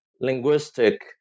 linguistic